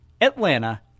Atlanta